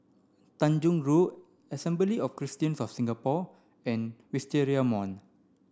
Tanjong Rhu Assembly of Christians of Singapore and Wisteria Mall